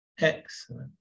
Excellent